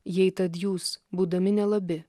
jei tad jūs būdami nelabi